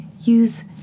use